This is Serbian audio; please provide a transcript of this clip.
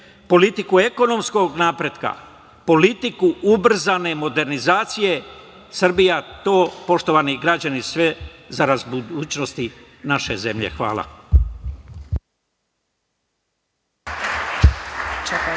politiku ekonomskog napretka, politiku ubrzane modernizacije Srbije, to, poštovani građani, zarad budućnosti naše zemlje. Hvala.